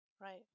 Right